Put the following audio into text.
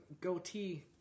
goatee